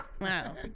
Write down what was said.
Wow